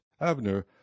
Abner